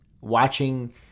watching